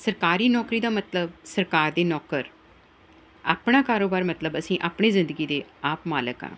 ਸਰਕਾਰੀ ਨੌਕਰੀ ਦਾ ਮਤਲਬ ਸਰਕਾਰ ਦੇ ਨੌਕਰ ਆਪਣਾ ਕਾਰੋਬਾਰ ਮਤਲਬ ਅਸੀਂ ਆਪਣੀ ਜ਼ਿੰਦਗੀ ਦੇ ਆਪ ਮਾਲਕ ਹਾਂ